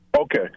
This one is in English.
Okay